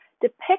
depict